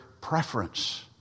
preference